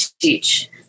teach